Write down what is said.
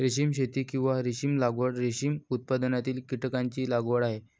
रेशीम शेती, किंवा रेशीम लागवड, रेशीम उत्पादनातील कीटकांची लागवड आहे